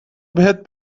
بهت